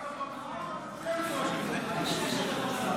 לא בגלל שהלחם מפוקח.